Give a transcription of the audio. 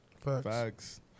Facts